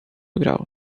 grau